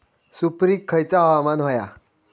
सुपरिक खयचा हवामान होया?